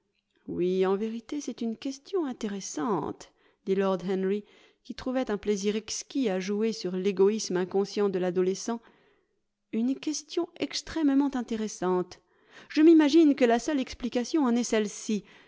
oui en vérité c'est une question intéressante dit lord henry qui trouvait un plaisir exquis à jouer sur legoïsme inconscient de l'adolescent une question extrêmement intéressante je m'imagine que la seule explication en est celle-ci